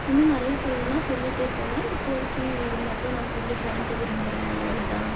இன்னும் நிறையா சொல்லெணும்ன்னா சொல்லிகிட்டே போகலாம் இப்போதக்கு இது மட்டும் நான் சொல்லிக்கலாம்ன்ட்டு விரும்புகிறேன் அவ்வளோ தான்